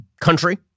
country